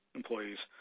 employees